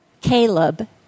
Caleb